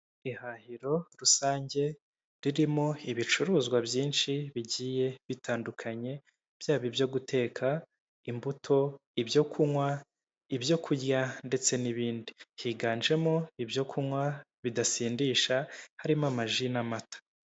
Ihahiro rusange ririmo ibicuruzwa byinshi bigiye bitandukanye, byaba ibyo guteka, imbuto, ibyo kunywa, ibyo kurya, ndetse n'ibindi. Higanjemo ibyo kunywa bidasindisha, harimo amaji n'amata.